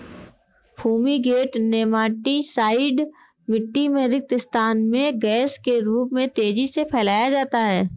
fumigant nematicide मिटटी में रिक्त स्थान में गैस के रूप में तेजी से फैलाया जाता है